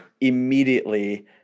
immediately